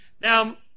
Now